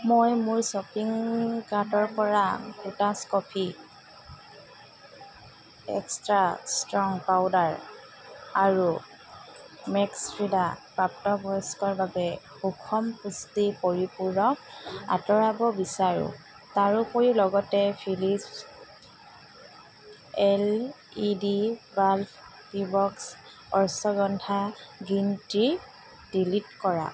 মই মোৰ শ্বপিং কাৰ্টৰ পৰা Kothas coffee extra strong powder আৰু মেক্সভিদা প্ৰাপ্তবয়স্কৰ বাবে সুষম পুষ্টি পৰিপূৰক আঁতৰাব বিচাৰোঁ তাৰোপৰি লগতে Philips L E D bulb Teabox ashwagandha green tea delete কৰা